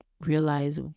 realize